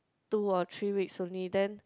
two or three weeks only then